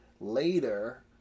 later